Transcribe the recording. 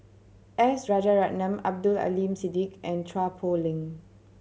S Rajaratnam Abdul Aleem Siddique and Chua Poh Leng